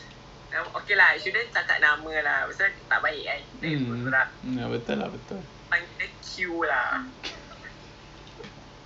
ah psychology you pernah nampak tak dia punya dia punya mak I mean it will be very interesting you know to talk to her you know her antics and all